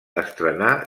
estrena